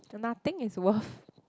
so nothing is worth